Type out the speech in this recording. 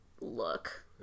look